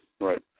Right